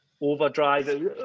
overdrive